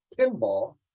pinball